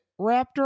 Raptor